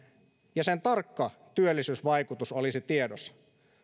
ja jonka tarkka työllisyysvaikutus olisi tiedossa